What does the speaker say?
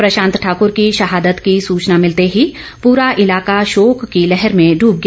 प्रशांत ठाकर की शहादत की सचना मिलते ही पूरा इलाका शोक की लहर में डूब गया